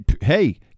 hey